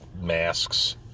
masks